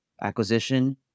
acquisition